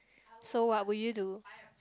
so what will you do